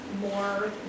more